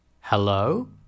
Hello